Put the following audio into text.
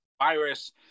virus